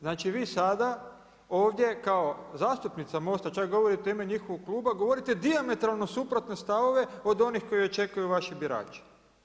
Znači, vi sada ovdje kao zastupnica MOST-a, čak govorite u ime njihovog kluba, govorite dijametralno suprotne stavove od onih koje očekuju vaši birači.